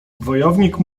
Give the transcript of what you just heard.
wojownik